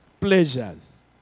pleasures